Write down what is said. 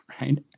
right